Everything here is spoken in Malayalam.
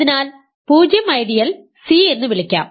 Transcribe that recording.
അതിനാൽ 0 ഐഡിയൽ സി എന്നുവിളിക്കാം